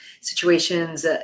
situations